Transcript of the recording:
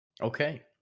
okay